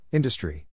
Industry